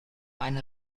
eine